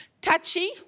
touchy